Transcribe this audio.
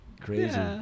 Crazy